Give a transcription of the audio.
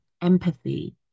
empathy